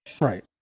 Right